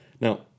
Now